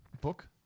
book